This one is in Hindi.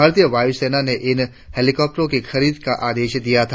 भारतीय वायुसेना ने इन हैलीकॉप्टरों की खरीद का आदेश दिया था